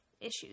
issues